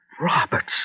Roberts